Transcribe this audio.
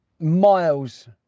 miles